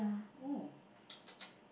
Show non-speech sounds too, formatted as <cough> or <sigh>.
oh <noise>